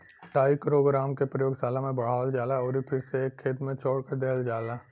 trichogramma के प्रयोगशाला में बढ़ावल जाला अउरी फिर एके खेत में छोड़ देहल जाला